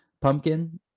pumpkin